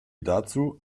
dazu